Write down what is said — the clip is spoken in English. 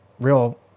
real